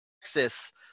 Texas